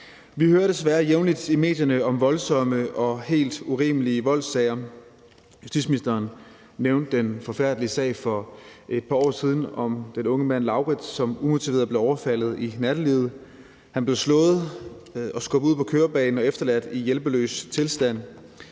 Vi hører desværre jævnligt i medierne om voldsomme og helt urimelige voldssager. Justitsministeren nævnte den forfærdelige sag fra for et par år siden om den unge mand Lauritz, som umotiveret blev overfaldet i nattelivet. Han blev slået og skubbet ud på kørebanen og efterladt i hjælpeløs tilstand.